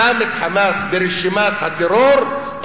שם את "חמאס" ברשימת הטרור,